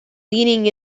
leaning